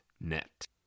net